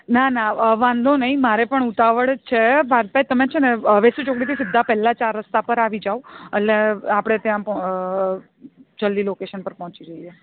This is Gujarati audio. ના ના વાંધો નહીં મારે પણ ઉતાવળ જ છે પાર્થભાઈ તમે છેને વેસુ ચોકડીથી સીધા પહેલા ચાર રસ્તા પર આવી જાવ એટલે આપણે ત્યાં જલ્દી લોકેશન પર પહોંચી જઈએ